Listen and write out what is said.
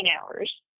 hours